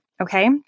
Okay